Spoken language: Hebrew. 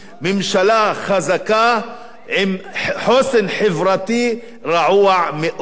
ממשלה חזקה עם חוסן חברתי רעוע מאוד.